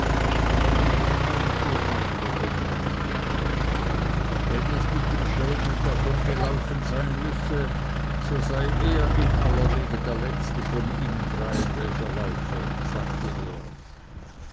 das kam uli über den magen wenn es mit dem schelmen davongelaufen sein müsse so sei er in alle wege der letzte von ihnen dreien welcher laufe sagte er